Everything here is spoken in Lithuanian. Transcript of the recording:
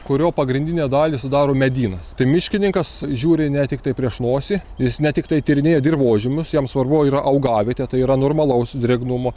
kurio pagrindinę dalį sudaro medynas tai miškininkas žiūri ne tiktai prieš nosį jis ne tiktai tyrinėja dirvožemius jam svarbu yra augavietė tai yra normalaus drėgnumo